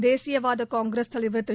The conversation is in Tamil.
தேசியவாத காங்கிரஸ் தலைவர் திரு